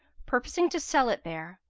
purposing to sell it there.